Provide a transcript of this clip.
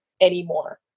anymore